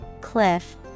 cliff